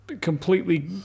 completely